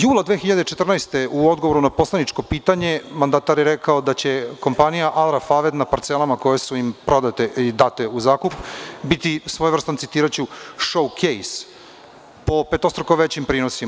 Jula 2014. godine u odgovoru na poslaničko pitanje mandatar je rekao da će kompanija „Al Rafaved“, na parcelama koje su im prodate i date u zakup biti svojevrstan, citiraću „šou kejs“ po petostruko većim prinosima.